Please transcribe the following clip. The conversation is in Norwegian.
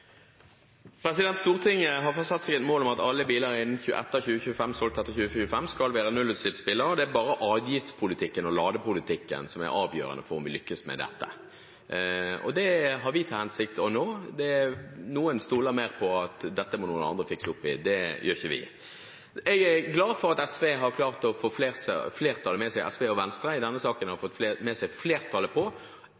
Stortinget har satt seg et mål om at alle biler solgt etter 2025 skal være nullutslippsbiler, og det er bare avgiftspolitikken og ladepolitikken som er avgjørende for om vi lykkes med dette. Vi har til hensikt å nå det. Noen stoler mer på at andre fikser opp i dette, det gjør ikke vi. Jeg er glad for at SV og Venstre i denne saken har klart å få flertallet med seg ett skritt nærmere å gjøre elbilen til den nye folkebilen. Så er det representanten Korsberg, og mitt håp er, kjære Fremskrittspartiet og